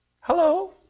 Hello